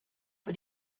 but